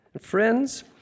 Friends